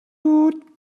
woot